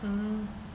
mm